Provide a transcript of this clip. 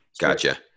Gotcha